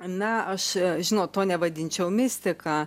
na aš žinot to nevadinčiau mistika